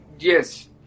Yes